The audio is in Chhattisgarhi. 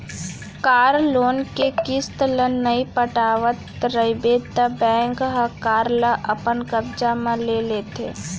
कार लोन के किस्त ल नइ पटावत रइबे त बेंक हर कार ल अपन कब्जा म ले लेथे